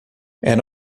era